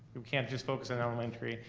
you can't just focus on elementary,